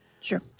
Sure